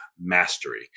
Mastery